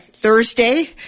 Thursday